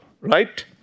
right